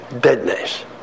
deadness